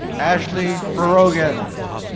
ashley berogan.